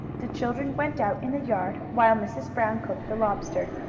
the children went out in the yard while mrs. brown cooked the lobster.